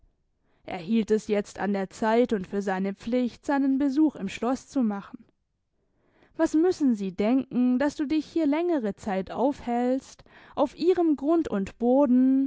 hielt es jetzt an der zeit und für seine pflicht seinen besuch im schloss zu machen was müssen sie denken dass du dich hier längere zeit aufhältst auf ihrem grund und boden